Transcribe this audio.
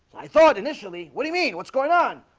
i thought initially. what do you mean? what's going on?